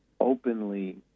openly